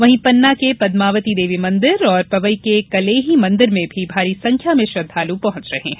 वहीं पन्ना के पद्मावती देवी मंदिर और पवई के कलेही मंदिर में भी भारी संख्या में श्रद्वालु पहुंच रहे हैं